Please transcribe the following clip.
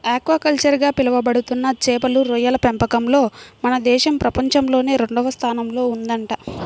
aquaculture గా పిలవబడుతున్న చేపలు, రొయ్యల పెంపకంలో మన దేశం ప్రపంచంలోనే రెండవ స్థానంలో ఉందంట